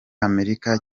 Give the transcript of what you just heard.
amerika